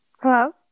Hello